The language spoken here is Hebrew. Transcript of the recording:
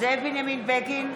זאב בנימין בגין,